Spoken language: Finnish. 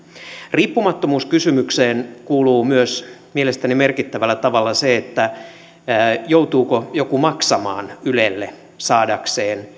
riippumattomuuskysymykseen kuuluu myös mielestäni merkittävällä tavalla se joutuuko joku maksamaan ylelle saadakseen